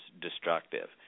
destructive